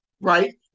right